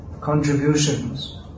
contributions